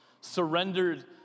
surrendered